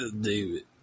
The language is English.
David